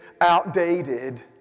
outdated